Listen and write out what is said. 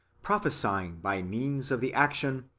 prophesying by means of the action,